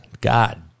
God